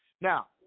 Now